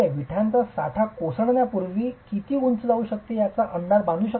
विटांचा साठा कोसळण्यापूर्वी किती उंची जाऊ शकते याचा अंदाज बांधू शकता